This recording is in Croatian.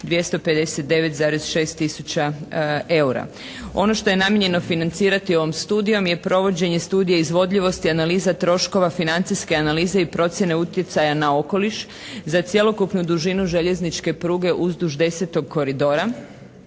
259,6 tisuća eura. Ono što je namijenjeno financirati ovom studijom je provođenje studija izvodljivosti analiza troškova financijske analize i procjene utjecaja na okoliš za cjelokupnu dužinu željezničke pruge uzduž 10. koridora